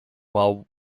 while